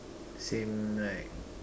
same like